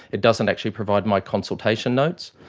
it doesn't actually provide my consultation notes.